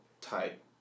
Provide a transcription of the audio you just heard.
type